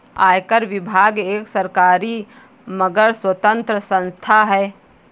आयकर विभाग एक सरकारी मगर स्वतंत्र संस्था है